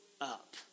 up